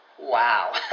wow